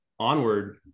onward